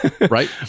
right